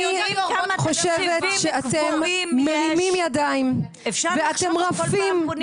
שאתם מרימים ידיים ואתם רפים ואתם חלשים.